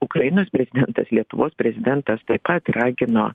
ukrainos prezidentas lietuvos prezidentas taip pat ragino